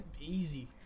Easy